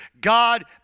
God